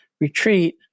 retreat